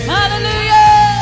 Hallelujah